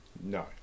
No